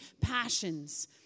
passions